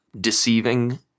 deceiving